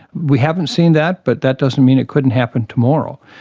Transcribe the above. we haven't seen that but that doesn't mean it couldn't happen tomorrow.